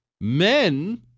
Men